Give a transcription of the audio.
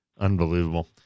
Unbelievable